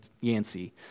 Yancey